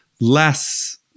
less